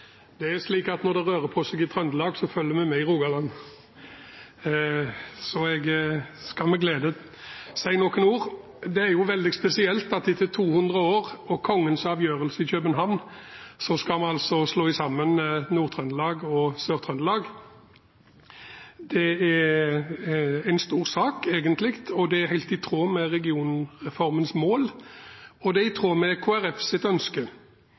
Det er slik at når det rører på seg i Trøndelag, følger vi med i Rogaland. Jeg skal med glede si noen ord. Det er jo veldig spesielt at etter 200 år og Kongens avgjørelse i København skal vi altså slå sammen Nord-Trøndelag og Sør-Trøndelag. Det er egentlig en stor sak, og det er helt i tråd med regionreformens mål, og det er i tråd med Kristelig Folkepartis ønske.